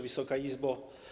Wysoka Izbo!